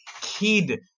kid